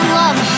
love